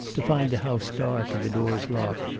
to find the house dark and the doors locked,